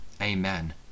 Amen